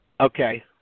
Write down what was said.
Okay